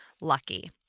Lucky